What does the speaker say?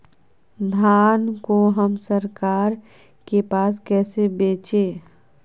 धान को हम सरकार के पास कैसे बेंचे?